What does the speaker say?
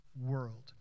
world